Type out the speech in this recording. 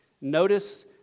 Notice